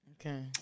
Okay